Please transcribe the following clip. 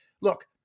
Look